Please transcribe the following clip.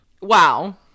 Wow